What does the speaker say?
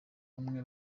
bamwe